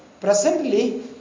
presently